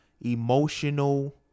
emotional